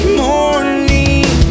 morning